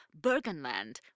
Bergenland